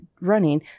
running